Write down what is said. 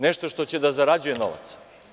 Nešto što će da zarađuje novac?